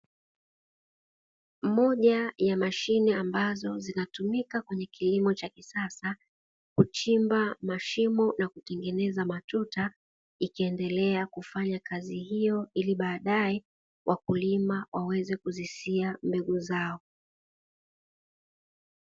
Moja ya mashine ambazo zinazotumika kwenye kilimo cha kisasa, uchimba mashimo na kutengeneza matuta ikiendelea kufanya kazi hiyo, ili baadaye wakulima waweze kuzisia mbegu zao.